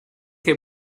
qué